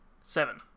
Seven